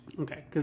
Okay